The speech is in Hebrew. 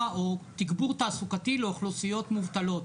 או תגבור תעסוקתי לאוכלוסיות מובטלות,